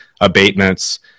abatements